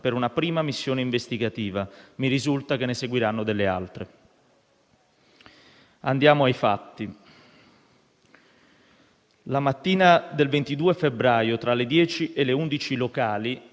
per una prima missione investigativa. Mi risulta che ne seguiranno altre. Andiamo ai fatti: la mattina del 22 febbraio, tra le ore 10 e 11 locali,